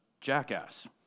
jackass